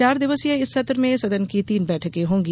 चार दिवसीय इस सत्र में सदन की तीन बैठकें होंगी